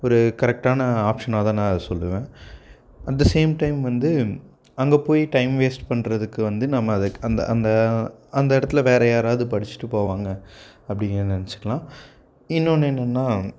ஒரு கரெக்டான ஆப்ஷனா தான் நான் அதை சொல்லுவேன் அட் த சேம் டைம் வந்து அங்கே போய் டைம் வேஸ்ட் பண்ணுறதுக்கு வந்து நம்ம அதை அந்த அந்த அந்த இடத்துல வேற யாராவது படிச்சுட்டு போவாங்க அப்படி நீங்கள் நினச்சிக்கலாம் இன்னொன்று என்னென்னா